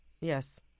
Yes